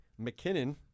McKinnon